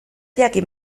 jakin